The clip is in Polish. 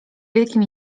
wielkim